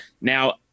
Now